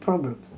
problems